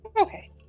Okay